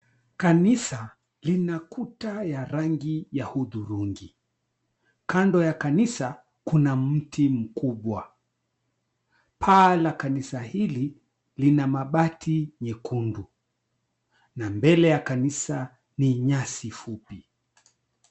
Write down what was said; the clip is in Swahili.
Kanisa lina kuta ya rangi ya hudhurungi, kando ya kanisa kuna mti mkubwa, paa la kanisa hili lina mabati nyekundu na mbele ya kanisa ni nyasi fupi.